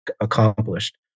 accomplished